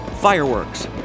fireworks